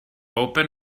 open